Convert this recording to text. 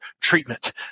treatment